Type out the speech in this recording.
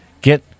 get